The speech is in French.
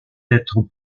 d’être